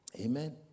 Amen